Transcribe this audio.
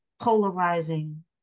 polarizing